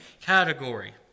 category